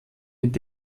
mit